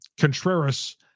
Contreras